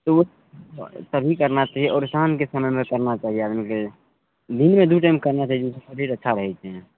तऽ उ तभी करना चाही आओर शामके समयमे करना चाही आदमीके दिनमे दू टाइम करना चाही जाहिसँ शरीर अच्छा रहय छै